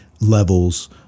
levels